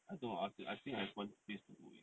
I know I think I have one two place to go already